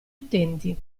utenti